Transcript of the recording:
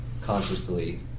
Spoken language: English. consciously